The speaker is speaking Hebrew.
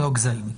לא גזעים.